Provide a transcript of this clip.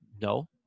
no